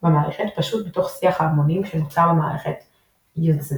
במערכת פשוט מתוך שיח ההמונים שנוצר במערכת Usenet.